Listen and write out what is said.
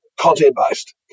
content-based